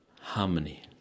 harmony